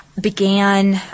Began